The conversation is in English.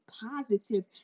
positive